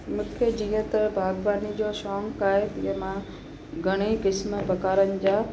मूंखे जीअं त बाग़बानी जो शौक़ु आहे तीअं मां घणेई क़िस्म प्रकारनि जा